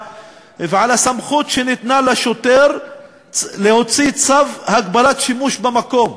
הסמכות שניתנה לשוטר להוציא צו הגבלת שימוש במקום,